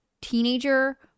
teenager